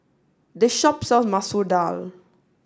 this shop sells Masoor Dal